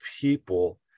people